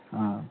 ہاں